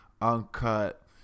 uncut